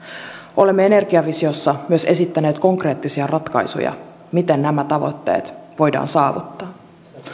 olemme energiavisiossa myös esittäneet konkreettisia ratkaisuja miten nämä tavoitteet voidaan saavuttaa